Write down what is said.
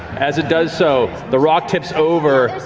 as it does so, the rock tips over,